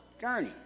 gurney